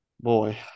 boy